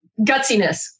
gutsiness